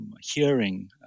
hearing